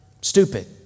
stupid